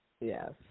Yes